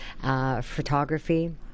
Photography